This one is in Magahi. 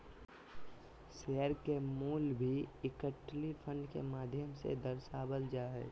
शेयर के मूल्य भी इक्विटी फंड के माध्यम से दर्शावल जा हय